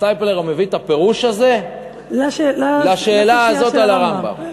הסטייפלר מביא את הפירוש הזה לשאלה הזאת על הרמב"ם.